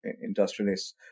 industrialists